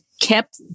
kept